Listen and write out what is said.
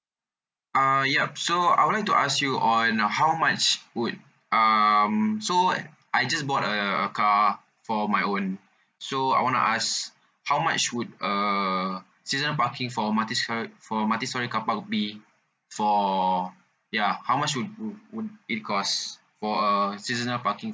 ah ya so I would like to ask you on how much would um so right I just bought a a car for my own so I want to ask how much would a season parking for multistorey for multistorey car park would be for ya how much would would would it cost for a seasonal parking